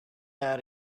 out